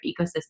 ecosystem